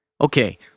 Okay